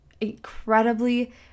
incredibly